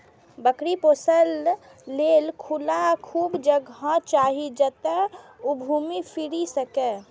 बकरी पोसय लेल खूब खुला जगह चाही, जतय ओ घूमि फीरि सकय